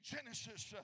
Genesis